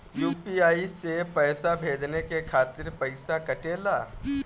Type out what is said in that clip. UPI से पइसा भेजने के खातिर पईसा कटेला?